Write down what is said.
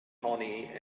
honey